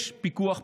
יש פיקוח פרלמנטרי.